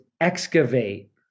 excavate